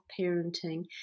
parenting